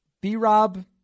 B-Rob